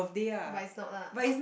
but it's not lah